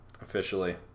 officially